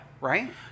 Right